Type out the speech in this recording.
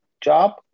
job